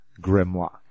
Grimlock